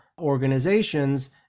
organizations